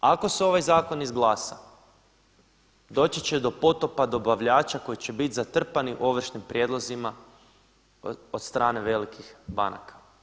Ako se ovaj zakon izglasa, doći će do potopa dobavljača koji će biti zatrpani ovršnim prijedlozima od strane velikih banaka.